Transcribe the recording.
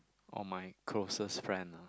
oh my closest friend ah